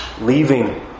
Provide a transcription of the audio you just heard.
Leaving